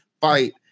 fight